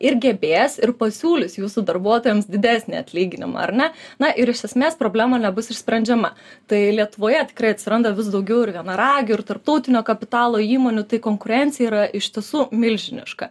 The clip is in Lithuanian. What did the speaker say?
ir gebės ir pasiūlys jūsų darbuotojams didesnį atlyginimą ar ne na ir iš esmės problema nebus išsprendžiama tai lietuvoje tikrai atsiranda vis daugiau ir vienaragių ir tarptautinio kapitalo įmonių tai konkurencija yra iš tiesų milžiniška